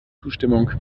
zustimmung